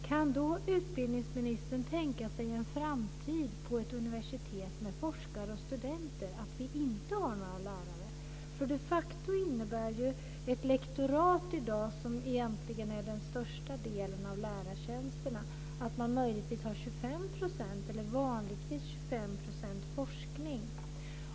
Kan utbildningsministern tänka sig en framtid på ett universitet med forskare och studenter, dvs. att vi inte har några lärare? Ett lektorat, som den största delen av lärartjänsterna är, innebär i dag de facto att man vanligtvis har 25 % forskning.